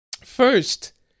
First